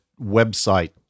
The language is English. website